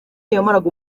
yamaraga